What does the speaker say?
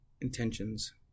intentions